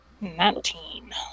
Nineteen